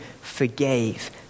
forgave